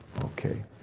Okay